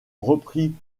reprit